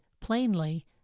plainly